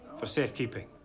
for safe keeping.